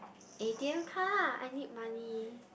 A_T_M card I need money